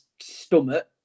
stomach